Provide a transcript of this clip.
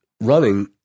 running